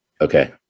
Okay